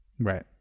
right